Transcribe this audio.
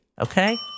okay